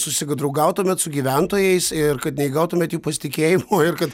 susidraugautumėte su gyventojais ir kad neįgautumėt jų pasitikėjimo ir kad